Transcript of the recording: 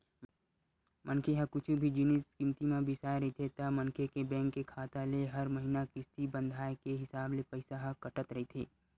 मनखे ह कुछु भी जिनिस किस्ती म बिसाय रहिथे ता मनखे के बेंक के खाता ले हर महिना किस्ती बंधाय के हिसाब ले पइसा ह कटत रहिथे